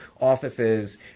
offices